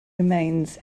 remains